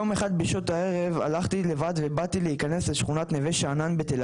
יום אחד בשעות הערב הלכתי לבד ובאתי להיכנס לשכונת נווה שאנן בתל